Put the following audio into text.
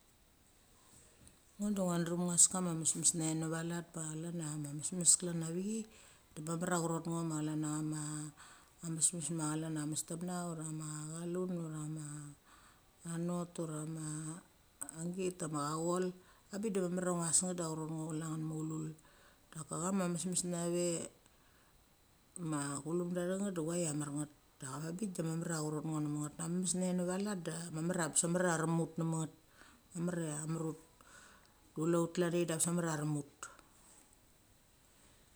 Ngo da ngia drem ngia tes kama mesmes nava navalet ma chlan chia mesmes klan ch ve chaia de mamar chia arot ngo, ma chlarchia chama mesmes ma chlan chia mestemna ura ma chalun, ura ma anot, ura ma git ma chachol a bik de mamar authes nget de arot ngo chule nget maululu. Daka chama mesmes nava ma chulumdek thannget de choi a mar nget. A veng bik mamar cha arot ngo nemit nget a mesme nave nava let de a bes mamarchia a rem ut nemit nget mamar chia a marut. Da chule ut klan de ithit abes mamar chia a rem ut.